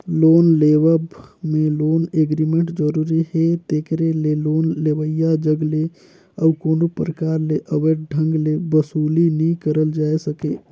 loan लेवब में loan agreement जरूरी हे तेकरे ले लोन लेवइया जग ले अउ कोनो परकार ले अवैध ढंग ले बसूली नी करल जाए सके